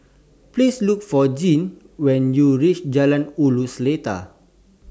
Please Look For Jean when YOU REACH Jalan Ulu Seletar